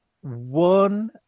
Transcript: one